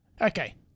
Okay